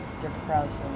depression